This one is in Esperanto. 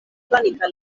planita